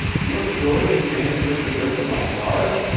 you're sure you handed mr. griffin my card?